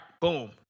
Boom